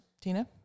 tina